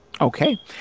Okay